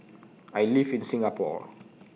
I live in Singapore